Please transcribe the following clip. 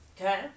okay